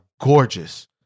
gorgeous